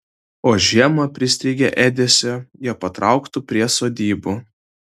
o žiemą pristigę ėdesio jie patrauktų prie sodybų